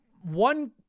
one